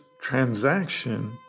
transaction